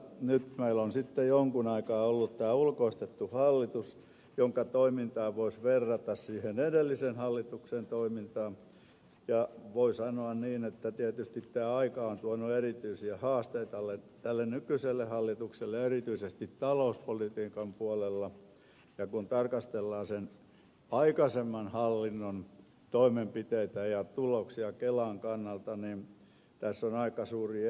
nyt meillä on sitten jonkun aikaa ollut tämä ulkoistettu hallitus jonka toimintaa voisi verrata siihen edellisen hallituksen toimintaan ja voi sanoa niin että tietysti tämä aika on tuonut erityisiä haasteita tälle nykyiselle hallitukselle ja erityisesti talouspolitiikan puolella ja kun tarkastellaan sen aikaisemman hallinnon toimenpiteitä ja tuloksia kelan kannalta tässä on aika suuri ero